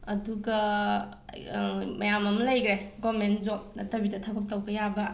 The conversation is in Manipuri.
ꯑꯗꯨꯒ ꯃꯌꯥꯝ ꯑꯃ ꯂꯩꯈꯔꯦ ꯒꯣꯃꯦꯟ ꯖꯣꯞ ꯅꯠꯇꯕꯤꯗ ꯊꯕꯛ ꯇꯧꯕ ꯌꯥꯕ